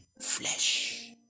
flesh